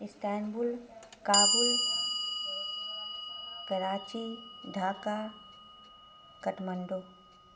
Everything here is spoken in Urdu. استانبول کابل کراچی ڈھاکا کاٹھمانڈو